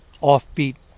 offbeat